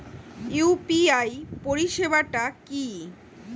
UPI পরিসেবাটা কি?